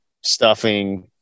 stuffing